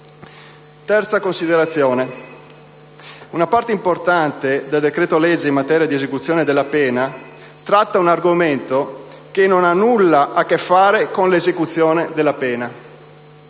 Terza considerazione. Una parte importante del decreto-legge in materia di esecuzione della pena tratta un argomento che non ha nulla a che fare con l'esecuzione della pena: